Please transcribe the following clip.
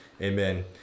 amen